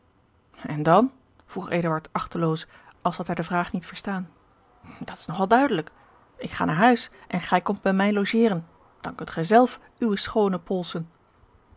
en dan vroeg eduard achteloos als had hij de vraag niet verstaan dat is nog al duidelijk ik ga naar huis en gij komt bij mij logeren dan kunt gij zelf uwe schoone polsen